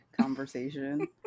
conversation